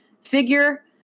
figure